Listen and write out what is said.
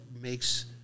makes